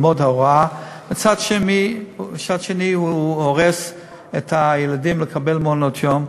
הוראה, מצד שני הוא הורס לילדים לקבל מעונות-יום.